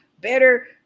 better